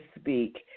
speak